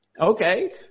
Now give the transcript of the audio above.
Okay